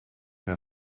mehr